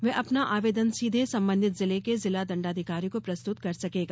वह अपना आवेदन सीधे संबंधित जिले के जिला दण्डाधिकारी को प्रस्तुत कर सकेगा